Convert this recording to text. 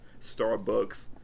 starbucks